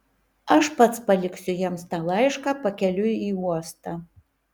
aš pats paliksiu jiems tą laišką pakeliui į uostą